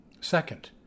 Second